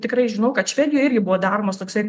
tikrai žinau kad švedijoj irgi buvo daromas toksai